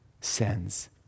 sends